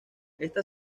esta